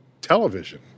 television